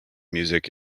music